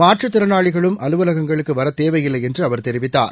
மாற்றுத் திறனாளிகளும் அலுவலகங்களுக்குவரத் தேவையில்லைஎன்றுஅவர் தெரிவித்தார்